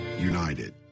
united